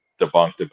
debunked